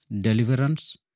deliverance